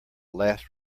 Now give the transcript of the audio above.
last